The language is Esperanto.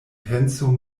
penso